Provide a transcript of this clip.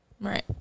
right